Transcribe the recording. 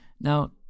Now